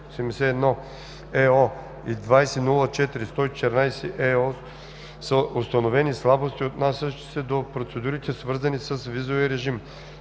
ЕО) са установени слабости, отнасящи се до процедурите, свързани с визовия режим,